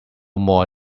more